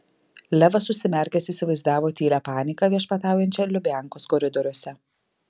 levas užsimerkęs įsivaizdavo tylią paniką viešpataujančią lubiankos koridoriuose